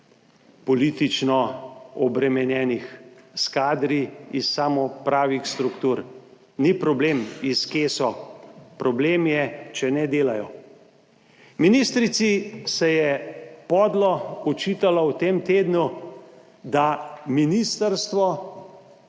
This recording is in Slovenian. politično obremenjenih s kadri iz samo pravih struktur. Ni problem, iz kje so, problem je, če ne delajo. Ministrici se je podlo očitalo v tem tednu, da ministrstvo